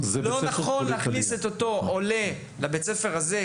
לא נכון להכניס את אותו עולה לבית הספר הזה,